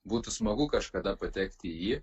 būtų smagu kažkada patekti į jį